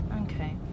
Okay